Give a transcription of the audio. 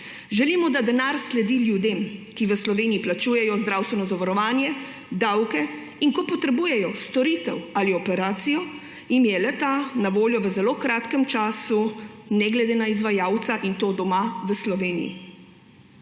Želimo, da denar sledi ljudem, ki v Sloveniji plačujejo zdravstveno zavarovanje, davke; in ko potrebujejo storitev ali operacijo, jim je le-ta na voljo v zelo kratkem času ne glede na izvajalca, in to doma, v Sloveniji.